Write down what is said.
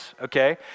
okay